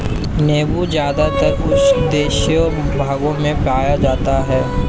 नीबू ज़्यादातर उष्णदेशीय भागों में पाया जाता है